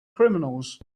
criminals